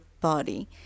body